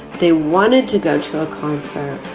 they wanted to go to a concert.